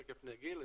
תיכף נגיע לזה,